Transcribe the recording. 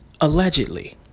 Allegedly